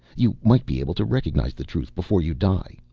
you might be able to recognise the truth before you die.